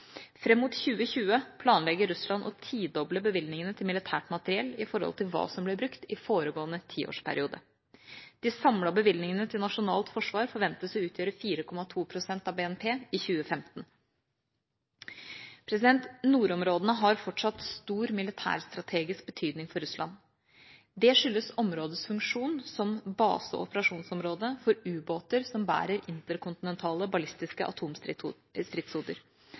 mot 2020 planlegger Russland å tidoble bevilgningene til militært materiell i forhold til hva som ble brukt i foregående tiårsperiode. De samlede bevilgningene til nasjonalt forsvar forventes å utgjøre 4,2 pst. av BNP i 2015. Nordområdene har fortsatt stor militær strategisk betydning for Russland. Det skyldes områdets funksjon som base og operasjonsområde for ubåter som bærer interkontinentale ballistiske